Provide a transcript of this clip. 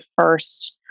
first